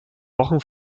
wochen